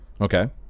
Okay